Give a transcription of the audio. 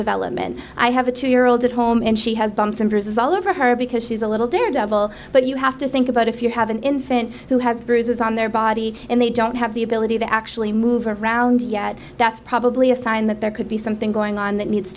development i have a two year old at home and she has bumps and bruises all over her because she's a little daredevil but you have to think about if you have an infant who has bruises on their body and they don't have the ability to actually move around yet that's probably a sign that there could be some thing going on that needs